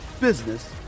business